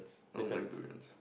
I don't like durians